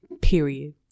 Period